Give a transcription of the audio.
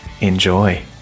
enjoy